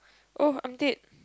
oh I'm dead